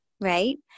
right